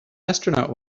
astronaut